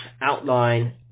outline